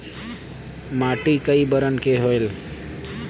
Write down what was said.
माटी कई बरन के होयल?